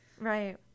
right